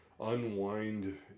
Unwind